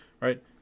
right